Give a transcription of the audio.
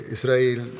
Israel